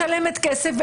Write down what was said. משלמת כסף,